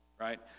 right